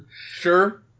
Sure